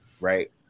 right